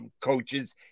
coaches